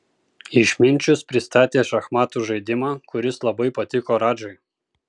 išminčius pristatė šachmatų žaidimą kuris labai patiko radžai